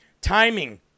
Timing